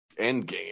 endgame